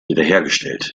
wiederhergestellt